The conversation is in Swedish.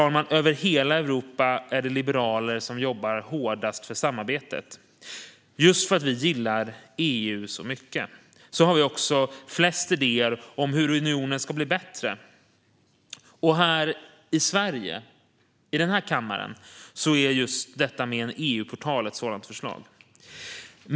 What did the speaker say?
Över hela Europa är det liberaler som jobbar hårdast för samarbetet, fru talman. Just för att vi gillar EU så mycket har vi också flest idéer om hur unionen ska bli bättre. Här i Sverige, i den här kammaren, är detta med en EU-portal ett sådant förslag.